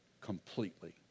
completely